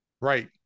Right